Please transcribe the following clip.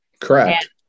Correct